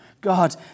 God